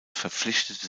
verpflichtete